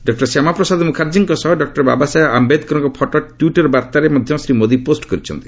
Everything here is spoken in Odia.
ଡକୁର ଶ୍ୟାମା ପ୍ରସାଦ ମୁଖାର୍ଜୀଙ୍କ ସହ ଡକୁର ବାବାସାହେବ ଆୟେଦକରଙ୍କ ଫଟୋ ଟ୍ୱିଟର୍ ବାର୍ଭାରେ ମଧ୍ୟ ଶ୍ରୀ ମୋଦି ପୋଷ୍ଟ କରିଛନ୍ତି